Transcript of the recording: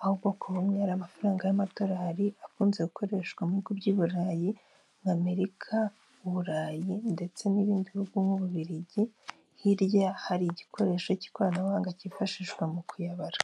ahubwo ku bumwe amafaranga y'amadolari akunze gukoreshwa mugo by'i burayi nka Amerika, Uburayi ndetse n'ibindi bihugu nk'ububiligi hirya hari igikoresho cy'ikoranabuhanga cyifashishwa mu kuyabara.